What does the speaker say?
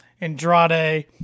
Andrade